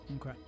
Okay